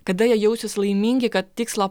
kada jie jausis laimingi kad tikslą